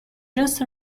just